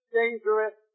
dangerous